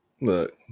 look